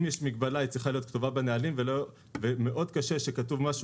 אם יש מגבלה היא צריכה להיות כתובה בנהלים ומאוד קשה כשכתוב משהו